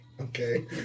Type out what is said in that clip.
okay